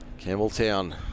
Campbelltown